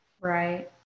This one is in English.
right